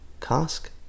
cask